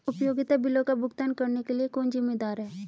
उपयोगिता बिलों का भुगतान करने के लिए कौन जिम्मेदार है?